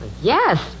Yes